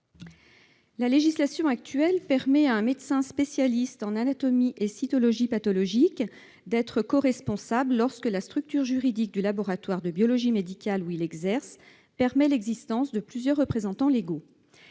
La législation actuelle permet à un médecin spécialiste en anatomie et cytologie pathologiques d'être coresponsable, lorsque la structure juridique du laboratoire de biologie médicale où il exerce autorise l'existence de plusieurs représentants légaux.